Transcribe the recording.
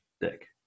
dick